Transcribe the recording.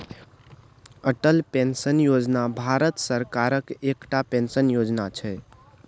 Atal pension योजना भारत सरकारक एकटा पेंशन योजना छै